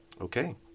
Okay